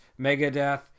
megadeth